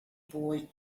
boy